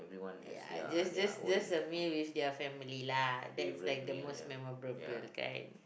ya just just just a meal with your family lah that's like the most memorable correct